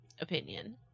opinion